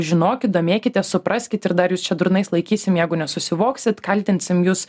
žinokit domėkitės supraskit ir dar jūs čia durnais laikysim jeigu nesusivoksit kaltinsim jus